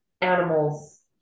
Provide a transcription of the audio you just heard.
animals